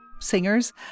singers